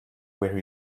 where